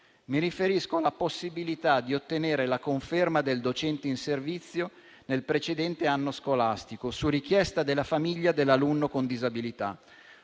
Mi riferisco alla possibilità di ottenere la conferma del docente in servizio nel precedente anno scolastico su richiesta della famiglia dell'alunno con disabilità,